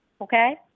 Okay